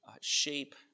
shape